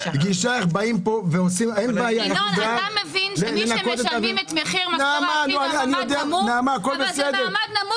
אתה מבין שמי שמשלמים את מחיר --- הם מעמד נמוך.